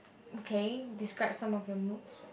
okay describe some of your moods